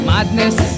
Madness